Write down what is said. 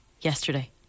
yesterday